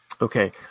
Okay